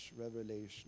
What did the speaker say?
revelation